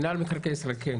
נציגת רמ"י, בבקשה.